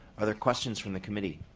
are there questions from the committee?